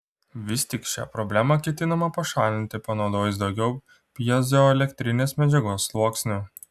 vis tik šią problemą ketinama pašalinti panaudojus daugiau pjezoelektrinės medžiagos sluoksnių